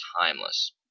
timeless